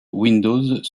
windows